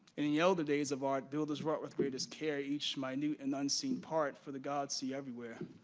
in the elder days of art, builders wrought with greatest care, each minute and unseen part for the gods see everywhere.